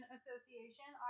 Association